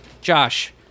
Josh